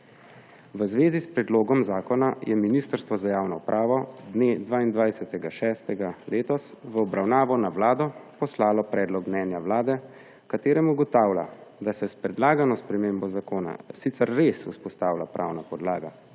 V zvezi s predlogom zakona je Ministrstvo za javno upravo dne 22. 6. letos v obravnavo na Vlado poslalo predlog mnenja Vlade, v katerem ugotavlja, da se s predlagano spremembo zakona sicer res vzpostavlja pravna podlaga,